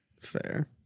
fair